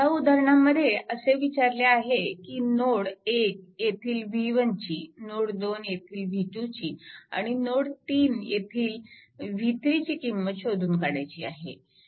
ह्या उदाहरणामध्ये असे विचारले आहे की नोड 1 येथील v1 ची नोड 2 येथील v2 ची आणि नोड 3 येथील v3 ची किंमत शोधून काढायची आहे